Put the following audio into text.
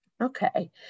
Okay